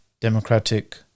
democratic